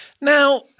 Now